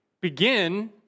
begin